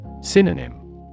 Synonym